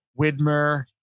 Widmer